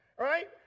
Right